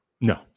No